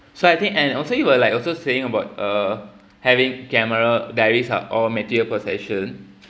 so I think and also you will like also saying about uh having camera diaries are all material possessions